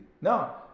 No